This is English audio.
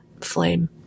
flame